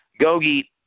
Gogi